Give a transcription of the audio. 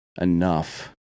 enough